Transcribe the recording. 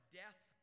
death